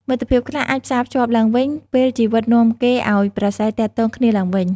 មិត្តភាពខ្លះអាចផ្សាភ្ជាប់ឡើងវិញ ពេលជីវិតនាំគេឱ្យប្រាស្រ័យទាក់ទងគ្នាឡើងវិញ។